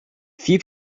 few